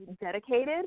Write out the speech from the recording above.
dedicated